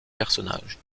personnage